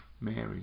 Mary